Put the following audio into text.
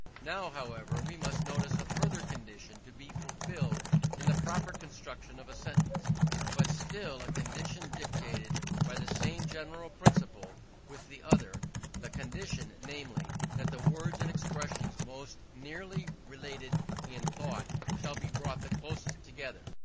now, however, we must notice a further condition to be fulfilled in the proper construction of a sentence but still a condition dictated by the same general principle with the other the condition, namely, that the words and expressions most nearly related in thought shall be brought the closest together.